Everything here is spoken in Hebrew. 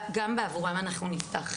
אני מקווה שאנחנו יודעים לתת את המענים כמו שצריך